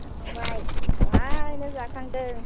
जाखांबाय दहायनो जाखांदों